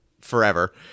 forever